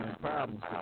problems